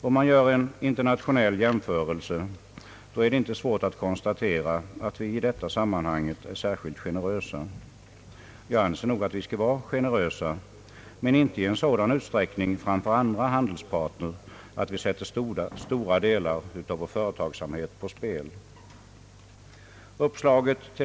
Om man gör en internationell jämförelse är det inte svårt att konstatera, att vi i detta sammanhang är särskilt generösa. Jag anser nog att vi skall vara generösa men inte i en sådan utsträckning framför andra handelspartners att vi sätter stora delar av vår företagsamhet på spel.